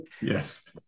Yes